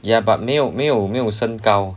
ya but 没有没有没有身高